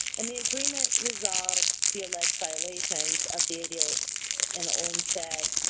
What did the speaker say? and the agreement resolved the alleged violations of the ada and olmstead,